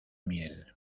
miel